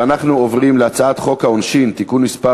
אנחנו עוברים להצעת חוק העונשין (תיקון מס'